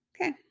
Okay